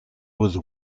was